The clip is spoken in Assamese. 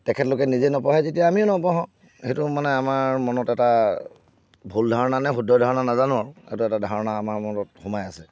তেখেতলোকে নিজে নপঢ়াই যেতিয়া আমিও নপঢ়াওঁ সেইটো মানে আমাৰ মনত এটা ভুল ধাৰণা নে শুদ্ধ ধাৰণা নজানো আৰু এইটো এটা ধাৰণা আমাৰ মনত সোমাই আছে